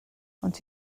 ond